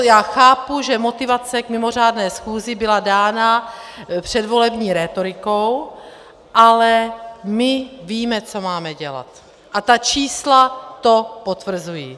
Já chápu, že motivace k mimořádné schůzi byla dána předvolební rétorikou, ale my víme, co máme dělat, a ta čísla to potvrzují.